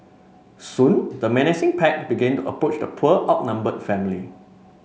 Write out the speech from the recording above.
soon the menacing pack began the approach the poor outnumbered family